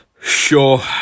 Sure